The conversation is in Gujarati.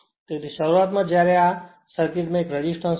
તેથી શરૂઆતમાં જ્યારે આ શરૂઆતમાં સર્કિટમાં એક રેઝિસ્ટન્સ હતો